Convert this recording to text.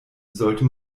sollte